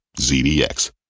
ZDX